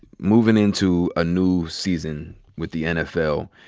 movin' into a new season with the nfl,